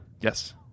Yes